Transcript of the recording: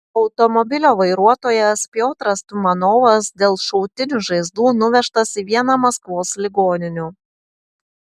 automobilio vairuotojas piotras tumanovas dėl šautinių žaizdų nuvežtas į vieną maskvos ligoninių